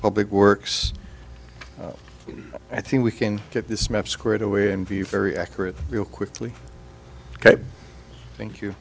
public works i think we can get this map squared away and view very accurate real quickly ok thank you